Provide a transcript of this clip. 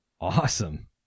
Awesome